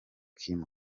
kim